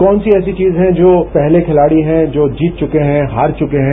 कौन सी ऐसी चीज है जो पहले खिलाड़ी हैं जो जीत चुके हैं हार वुके हैं